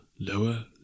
Lower